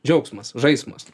džiaugsmas žaismas